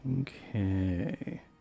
Okay